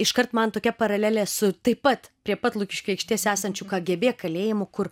iškart man tokia paralelė su taip pat prie pat lukiškių aikštės esančių kgb kalėjimų kur